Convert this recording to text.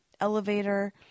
elevator